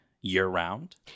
year-round